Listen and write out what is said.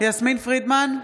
יסמין פרידמן,